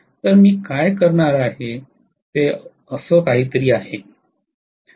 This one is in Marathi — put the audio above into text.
तर मी काय करणार आहे ते असं काहीतरी आहे